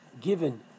given